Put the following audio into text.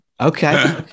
Okay